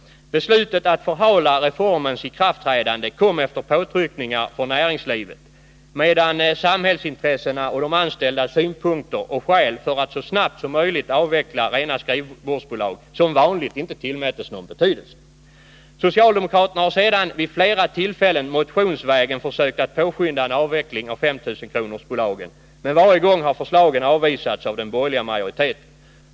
Beslutet att förhala reformens ikraftträdande kom efter påtryckningar från näringslivet, medan samhällsintressena och de anställdas synpunkter och skäl för att så snabbt som möjligt avveckla rena skrivbordsbolag som vanligt inte tillmättes någon betydelse. Socialdemokraterna har sedan vid flera tillfällen motionsvägen försökt att påskynda en avveckling av 5 000-kronorsbolagen, men varje gång har förslagen avvisats av den borgerliga majoriteten.